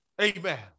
Amen